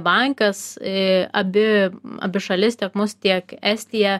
bankas į abi abi šalis tiek mus tiek estiją